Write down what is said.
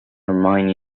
hermione